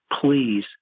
please